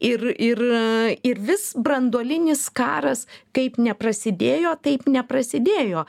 ir ir ir vis branduolinis karas kaip neprasidėjo taip neprasidėjo